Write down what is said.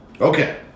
Okay